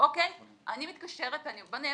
אני מתקשרת, בוא נהיה